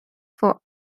for